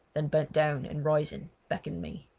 then bent down and rising beckoned me.